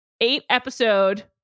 eight-episode